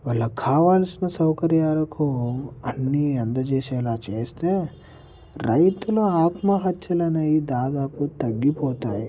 వాళ్ళ కావాల్సిన సౌకర్యాలకు అన్నీ అందచేసేలా చేస్తే రైతుల ఆత్మహత్యలు అనేవి దాదాపు తగ్గిపోతాయి